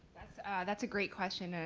that's a great question, and